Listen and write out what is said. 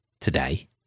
Today